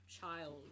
child